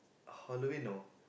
Halloween lor